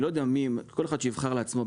כל אחד יבחר לעצמו.